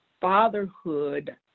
fatherhood